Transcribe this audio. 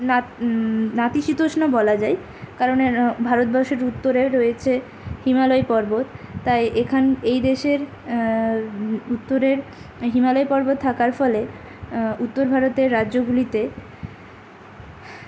নাত নাতিশীতোষ্ণ বলা যায় কারণ এর ভারতবর্ষের উত্তরে রয়েছে হিমালয় পর্বত তাই এখান এই দেশের উত্তরের হিমালয় পর্বত থাকার ফলে উত্তর ভারতের রাজ্যগুলিতে